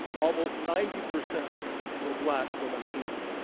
almost ninety percent were black or latino.